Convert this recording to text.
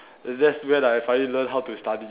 that's when I finally learn how to study